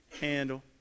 handle